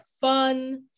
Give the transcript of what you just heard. fun